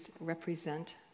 represent